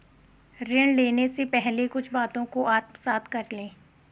ऋण लेने से पहले कुछ बातों को आत्मसात कर लें